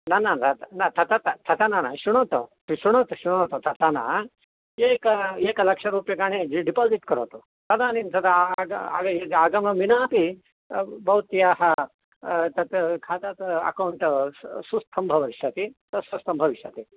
न न तथा न न श्रुणोतु श्रुणोतु श्रुणोतु तथा न एक एकलक्षरूप्यकाणि डि डिपोज़िट् करोतु तदानीं तदा आगमनं विना अपि भ भवत्याः तत् खाता अकौण्ट् सु सुस्थं भविष्यति तत् सुस्थं भविष्यति